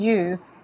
use